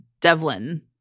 Devlin